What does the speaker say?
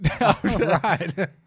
Right